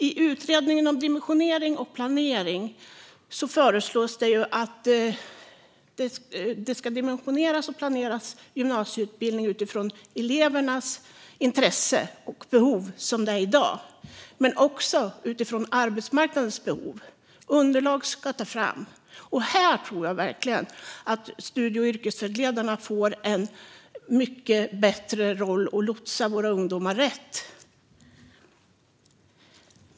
I utredningen om dimensionering och planering föreslås att gymnasieutbildningen ska dimensioneras och planeras utifrån elevernas intresse och behov, som i dag, men också utifrån arbetsmarknadens behov. Underlag ska tas fram. Jag tror att studie och yrkesvägledarna i och med detta får mycket lättare att lotsa våra ungdomar rätt.